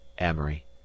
Amory